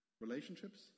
Relationships